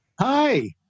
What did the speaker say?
Hi